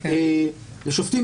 פרופ' דותן,